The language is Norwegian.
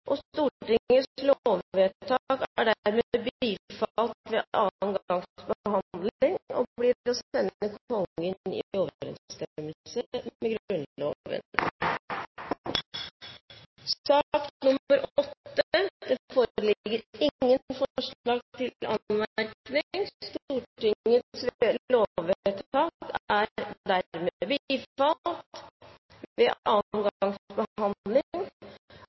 og Stortingets lovvedtak er dermed bifalt ved andre gangs behandling og blir å sende Kongen i overensstemmelse med Grunnloven. Det foreligger ingen forslag til anmerkning, og Stortingets lovvedtak er dermed bifalt ved andre gangs behandling